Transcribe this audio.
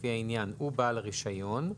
לפי העניין, ובעל הרישיון,